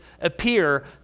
appear